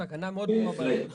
התקנה מאוד ברורה בעניין הזה.